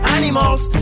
animals